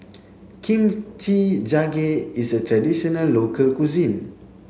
Kim Chi Jjigae is a traditional local cuisine